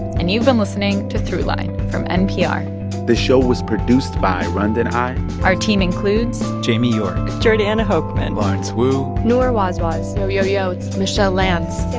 and you've been listening to throughline from npr this show was produced by rund and i our team includes. jamie york jordana hochman lawrence wu noor wazwaz yo, yo, yo. it's michelle lanz.